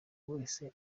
wese